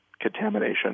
contamination